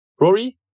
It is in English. Rory